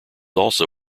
also